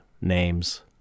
names